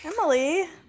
Emily